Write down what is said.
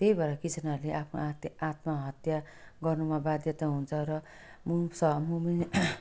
त्यही भएर किसानहरूले आफ्नो आत्य आत्महत्या गर्नुमा बाध्यता हुन्छ र